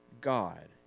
God